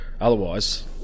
Otherwise